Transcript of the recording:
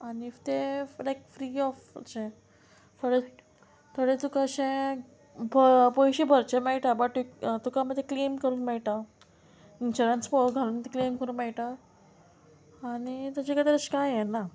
आनी ते लायक फ्री ऑफ अशें थोडे थोडे तुका अशें पयशे भरचे मेळटा बट तुका मागीर ते क्लेम करूंक मेळटा इन्शुरंस पळोवंक घालून ती क्लेम करूंक मेळटा आनी तेचे खातीर तशें कांय हें ना